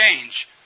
change